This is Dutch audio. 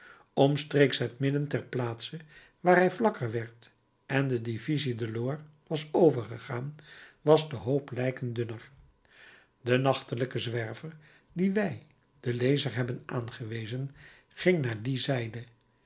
omstreeks het midden ter plaatse waar hij vlakker werd en de divisie delord was overgegaan was de hoop lijken dunner de nachtelijke zwerver dien wij den lezer hebben aangewezen ging naar die zijde